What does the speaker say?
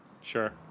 Sure